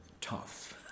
tough